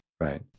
Right